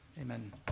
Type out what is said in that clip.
Amen